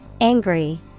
Angry